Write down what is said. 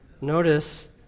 Notice